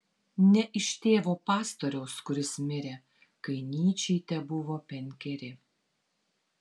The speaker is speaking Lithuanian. ne iš tėvo pastoriaus kuris mirė kai nyčei tebuvo penkeri